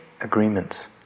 agreements